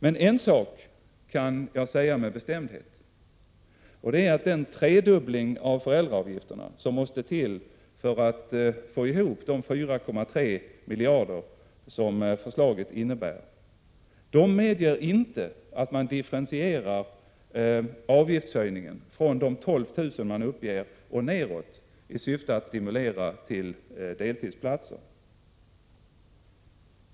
Men en sak kan jag säga med bestämdhet, och det är att den tredubbling av föräldraavgifterna som måste till för att få ihop de 4,3 miljarder som förslaget kostar inte medger att avgiftshöjningen differentieras från de 12 000 man uppger i syfte att stimulera till deltidsplatser.